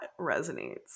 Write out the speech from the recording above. resonates